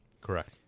Correct